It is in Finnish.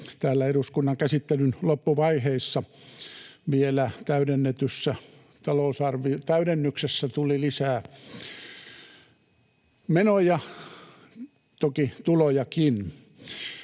täällä eduskunnan käsittelyn loppuvaiheissa. Vielä talousarvion täydennyksessä tuli lisää menoja, toki tulojakin.